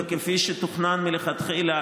וכפי שתוכנן מלכתחילה,